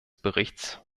berichts